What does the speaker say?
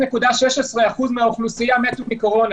--- בבלגיה מתו 0.16% מהאוכלוסייה מקורונה.